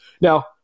Now